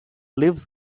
lives